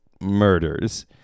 murders